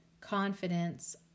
confidence